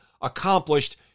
accomplished